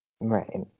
Right